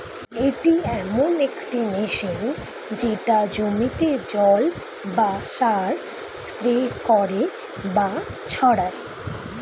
এটি এমন একটি মেশিন যেটা জমিতে জল বা সার স্প্রে করে বা ছড়ায়